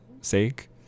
sake